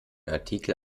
artikel